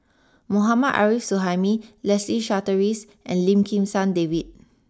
Mohammad Arif Suhaimi Leslie Charteris and Lim Kim San David